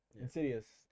Insidious